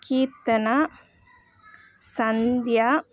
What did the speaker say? Keerthana Sandhya